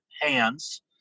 hands